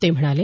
ते म्हणाले